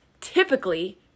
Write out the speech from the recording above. typically